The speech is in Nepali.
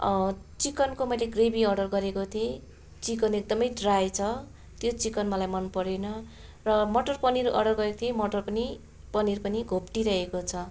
चिकनको मैले ग्रेभी अर्डर गरेको थिएँ चिकन एकदमै ड्राइ छ त्यो चिकन मलाई मन परेन र मटर पनिर अर्डर गरेको थिएँ मटर पनि पनिर पनि घोप्टिरहेको छ